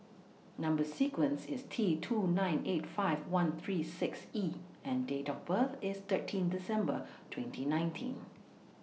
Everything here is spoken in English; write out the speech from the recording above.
Number sequence IS T two nine eight five one three six E and Date of birth IS thirteen December twenty nineteen